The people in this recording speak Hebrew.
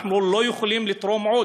אנחנו לא יכולים לתרום עוד.